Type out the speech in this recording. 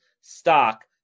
stock